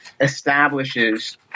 establishes